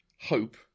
Hope